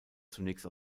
zunächst